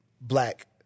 black